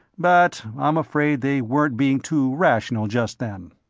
but i'm afraid they weren't being too rational just then.